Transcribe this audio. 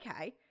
okay